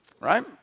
right